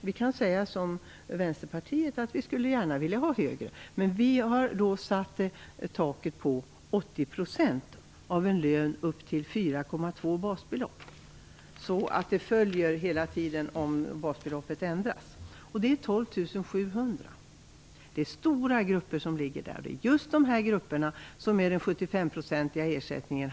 Vi kan säga som Vänsterpartiet att vi gärna skulle vilja ha högre tak, men vi har satt taket på 80 % av en lön på upp till 4,2 basbelopp. Det följer alltså med om basbeloppet ändras. Det är 12 700 kr. Det är stora grupper som ligger där. Det är just dessa grupper som halkar under socialbidragsnormen med den 75-procentiga ersättningen.